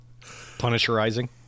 Punisherizing